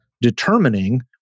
determining